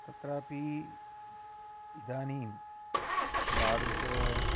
तत्रापि इदानीं तादृश